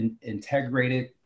Integrated